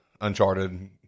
Uncharted